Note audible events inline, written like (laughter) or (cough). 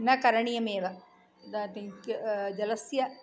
न करणीयमेव (unintelligible) जलस्य